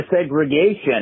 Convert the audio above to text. segregation